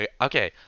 Okay